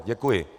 Děkuji.